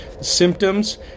symptoms